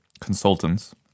consultants